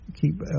keep